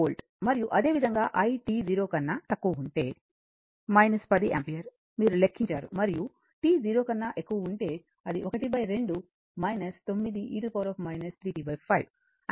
మరియు అదేవిధంగా i t 0 కన్నా తక్కువ ఉంటే 10 యాంపియర్ మీరు లెక్కించారు మరియు t0 కన్నా ఎక్కువ ఉంటే అది 12 9 e 3 t5 యాంపియర్ అంటే t 0 కన్నా ఎక్కువ ఉంటే